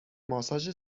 ماساژ